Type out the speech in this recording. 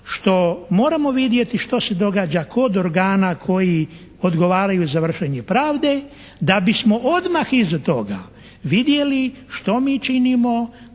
što moramo vidjeti što se događa kod organa koji odgovaraju za vršenje pravde da bismo odmah iza toga vidjeli što mi činimo,